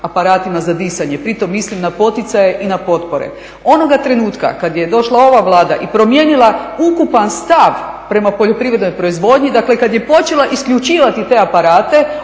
aparatima za disanje, pri tom mislim na poticaje i na potpore. Onog trenutka kada je došla ova Vlada i promijenila ukupan stav prema poljoprivrednoj proizvodnji, dakle kada je počela isključivati te aparate